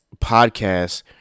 podcast